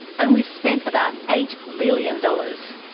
and we've spent about eight billion dollars.